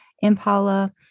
Impala